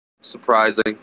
Surprising